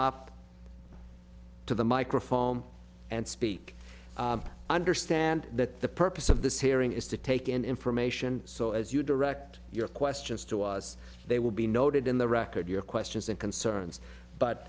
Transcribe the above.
up to the microphone and speak understand that the purpose of this hearing is to take in information so as you direct your questions to us they will be noted in the record your questions and concerns but